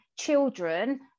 children